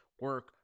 Work